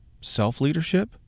self-leadership